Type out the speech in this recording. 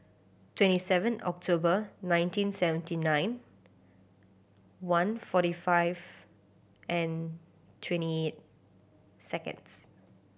twenty seven October nineteen seventy nine one forty five and twenty seconds